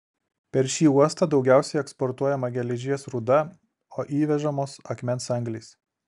per šį uostą daugiausiai eksportuojama geležies rūda o įvežamos akmens anglys